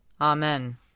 Amen